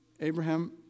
Abraham